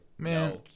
man